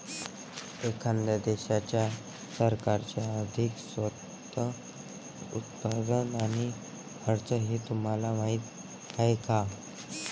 एखाद्या देशाच्या सरकारचे आर्थिक स्त्रोत, उत्पन्न आणि खर्च हे तुम्हाला माहीत आहे का